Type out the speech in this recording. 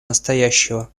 настоящего